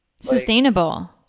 sustainable